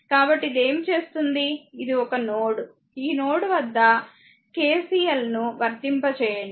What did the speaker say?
కాబట్టి ఇది ఏమి చేస్తుంది ఇది ఒక నోడ్ ఈ నోడ్ వద్ద KCL ను వర్తింప చేయండి